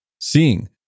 seeing